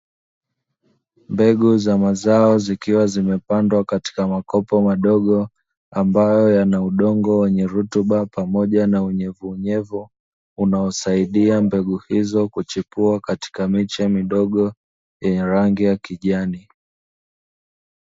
Mbegu za mazao zikiwa zimepandwa katika makopo madogo ambayo yana udongo wenye rutuba pamoja na unyevuunyevu, unaosaidia mbegu hizo kuchipua katika miche midogo yenye rangi ya kijani.